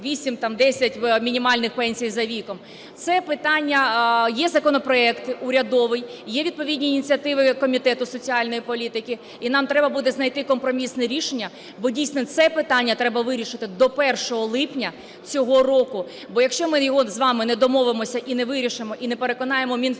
10 мінімальних пенсій за віком. Це питання, є законопроект урядовий, є відповідні ініціативи Комітету соціальної політики, і нам треба буде знайти компромісне рішення, бо дійсно це питання треба вирішити до 1 липня цього року. Бо якщо ми його з вами не домовимося і не вирішимо, і не переконаємо Мінфін,